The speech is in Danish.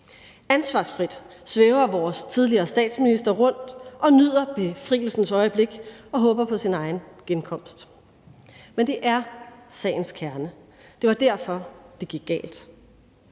Ansvarsfrit svæver vores tidligere statsminister rundt og nyder befrielsens øjeblik og håber på sin egen genkomst. Men det er sagens kerne. Det var derfor, det gik galt.